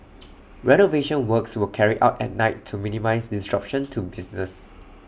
renovation works were carried out at night to minimise disruption to business